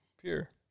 Pure